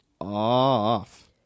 off